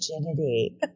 virginity